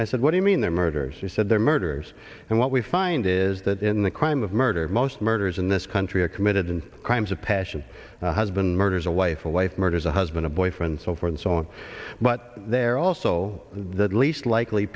and i said what do you mean they're murderers you said they're murderers and what we find is that in the crime of murder most murders in this country are committed in crimes of passion has been murders a wife a wife murders a husband a boyfriend so forth and so on but there are also the least likely